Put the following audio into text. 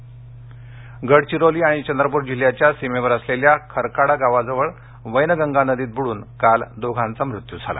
गडचिरोली गडचिरोली आणि चंद्रप्र जिल्ह्याच्या सीमेवर असलेल्या खरकाडा गावाजवळ वैनगंगा नदीत बुड्रन काल दोघांचा मृत्यू झाला